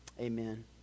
Amen